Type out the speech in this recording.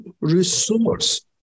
resource